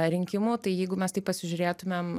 rinkimų tai jeigu mes taip pasižiūrėtumėm